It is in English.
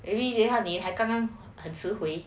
maybe then 你还刚刚很迟回